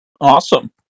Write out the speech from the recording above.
Awesome